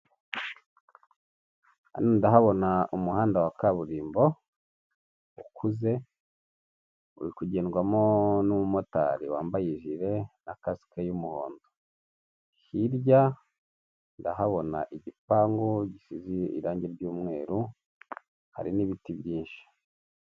Hano ndahabona umuhanda wa kaburimbo ukuze uri kugendwamo n'umumotari wambaye ijile na kasike y'umuhondo, hirya ndahabona igipangu gisiziye irangi ry'umweru hari n'ibiti byinshi.